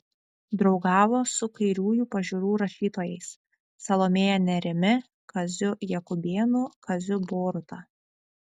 draugavo su kairiųjų pažiūrų rašytojais salomėja nėrimi kaziu jakubėnu kaziu boruta